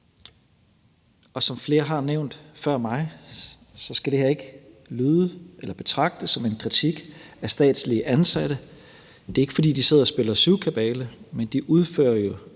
Som flere har nævnt før mig, skal det her ikke betragtes som en kritik af statslige ansatte. Det er ikke, fordi de sidder og spiller syvkabale, men de udfører jo